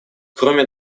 кроме